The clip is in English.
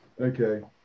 Okay